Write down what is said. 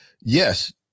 yes